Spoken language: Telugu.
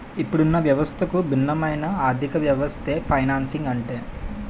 ఇప్పుడున్న వ్యవస్థకు భిన్నమైన ఆర్థికవ్యవస్థే ఫైనాన్సింగ్ అంటే